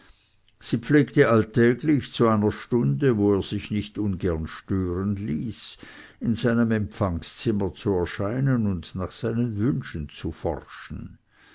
sie pflegte alltäglich zu einer stunde wo er sich nicht ungern stören ließ in seinem empfangszimmer zu erscheinen und nach seinen wünschen zu forschen